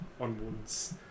onwards